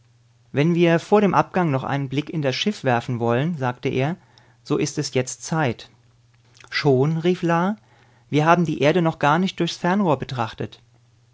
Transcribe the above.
wenn wir vor dem abgang noch einen blick in das schiff werfen wollen sagte er so ist es jetzt zeit schon rief la wir haben die erde noch gar nicht durchs fernrohr betrachtet